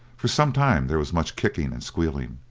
for some time there was much kicking and squealing,